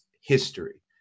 history